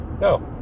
No